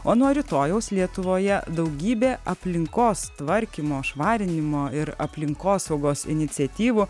o nuo rytojaus lietuvoje daugybė aplinkos tvarkymo švarinimo ir aplinkosaugos iniciatyvų